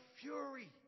fury